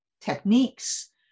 techniques